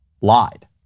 lied